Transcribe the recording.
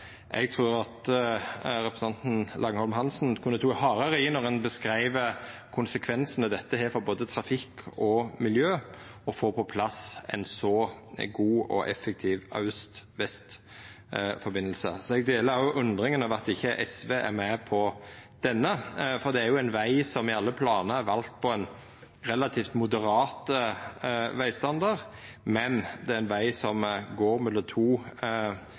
representanten Langholm Hansen kunne teke hardare i då han beskreiv konsekvensane det har for både trafikk og miljø å få på plass ein så god og effektiv aust–vest-forbindelse. Eg deler òg undringa over at ikkje SV er med på denne, for det er ein veg som i alle planar er vald på ein relativt moderat vegstandard, men det er ein veg som går mellom to